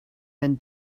been